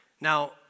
Now